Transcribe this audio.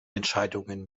entscheidungen